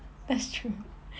that's true